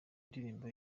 ndirimbo